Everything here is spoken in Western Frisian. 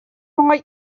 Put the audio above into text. mei